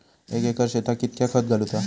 एक एकर शेताक कीतक्या खत घालूचा?